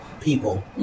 people